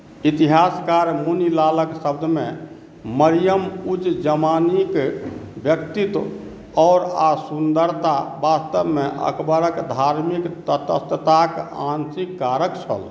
इतिहासकार मुनि लालक शब्दमे मरियम उज जमानीक व्यक्तित्व आओर आ सुन्दरता वास्तवमे अकबरक धार्मिक तटस्थताक आंशिक कारक छल